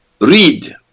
read